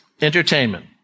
Entertainment